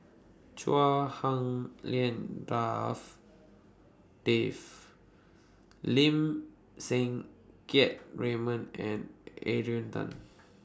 Chua Hak Lien Dave Lim Siang Keat Raymond and Adrian Tan